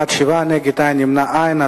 בעד, 7, נגד, אין, נמנעים, אין.